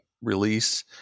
release